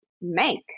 make